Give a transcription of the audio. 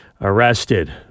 arrested